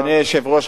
אדוני היושב-ראש,